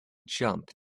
jump